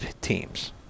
teams